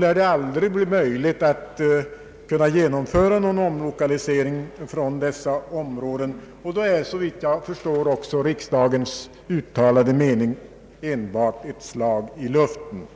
lär det aldrig bli möjligt att genomföra någon omlokalisering från dessa områden. Då är, såvitt jag förstår, också riksdagens uttalade mening enbart ett slag i luften.